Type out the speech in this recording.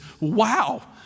wow